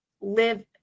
live